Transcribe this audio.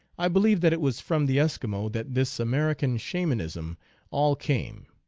i believe that it was from the eskimo that this american shamanism all came.